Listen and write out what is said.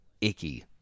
icky